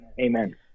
Amen